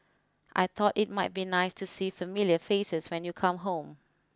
I thought it might be nice to see familiar faces when you come home